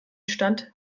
stand